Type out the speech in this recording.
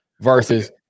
versus –